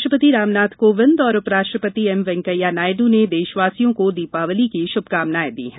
राष्ट्रपति रामनाथ कोविंद और उपराष्ट्रपंति एम वेंकैया नायडू ने देशवासियों को दीपावली की श्भकामनाएं दी हैं